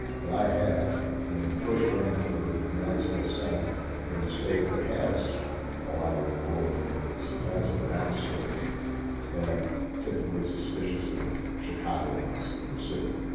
that i had in first running for the united states senate in a state that has a lot of rural communities and has a downstate that typically is suspicious of chicagoans in the city.